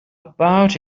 bought